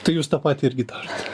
tai jūs tą patį irgi darot